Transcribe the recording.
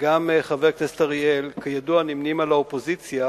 וגם חבר הכנסת אריאל, כידוע נמנים עם האופוזיציה,